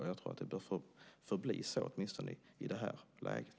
Jag tror också att det bör förbli så, åtminstone i det här läget.